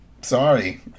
Sorry